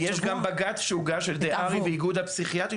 ויש גם בג"ץ שהוגש על ידי הר"י ואיגוד הפסיכיאטריים